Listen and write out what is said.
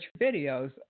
videos